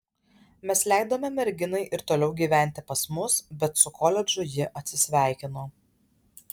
mes leidome merginai ir toliau gyventi pas mus bet su koledžu ji atsisveikino